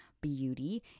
beauty